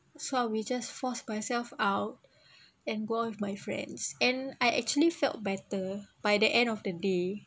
so I will just force myself out and go out with my friends and I actually felt better by the end of the day